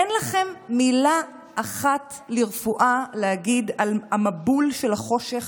אין לכם מילה אחת לרפואה להגיד על המבול של החושך